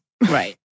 Right